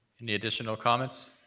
any additional comments?